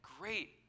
great